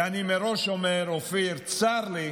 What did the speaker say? ואני מראש אומר, אופיר, שצר לי,